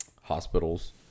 hospitals